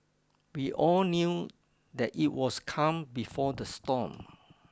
we all knew that it was calm before the storm